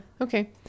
okay